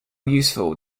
useful